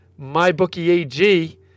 MyBookieAG